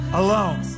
alone